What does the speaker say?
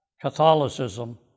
Catholicism